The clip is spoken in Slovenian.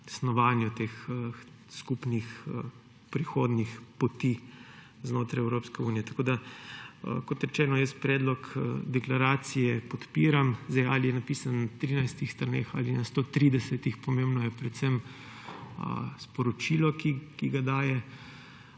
snovanju skupnih prihodnjih poti znotraj Evropske unije. Kot rečeno, jaz predlog deklaracije podpiram. Ali je napisan na 13 straneh ali na 130, pomembno je predvsem sporočilo, ki ga daje.